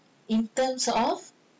in terms of